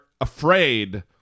afraid